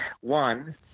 One